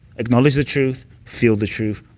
acknowledge the truth. feel the truth.